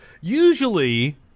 Usually